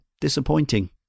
disappointing